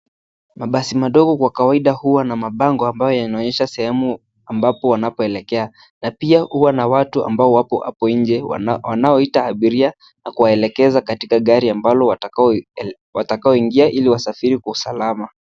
Mabasi madogo kwa kawaida huwa na mabango ambayo yanaonyesha sehemu ambako wanakoelekea na pia huwa na watu ambao wapo hapo nje wanaoita abiria na kuwaelekeza katika gari ambalo watakalo ingia ili wasafiri kwa usalama.